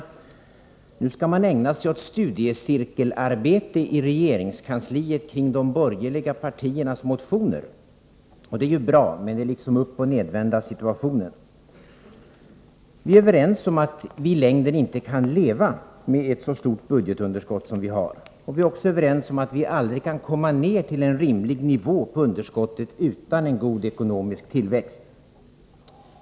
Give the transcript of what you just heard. Nu skall man i regeringskansliet ägna sig åt studiecirkelarbete kring de borgerliga partiernas motioner. Det är ju bra, men det är liksom uppochnedvända världen, när ett förslag från regeringen borde ligga i botten. Vi är överens om att vi i längden inte kan leva med ett så stort budgetunderskott som vi har. Vi är också överens om att vi aldrig kan komma ned till en rimlig nivå på underskottet utan en god ekonomisk tillväxt.